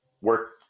work